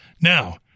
Now